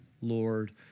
Lord